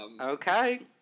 Okay